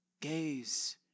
Gaze